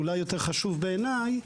ואולי יותר חשוב בעיני,